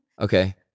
okay